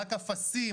רק "אפסים",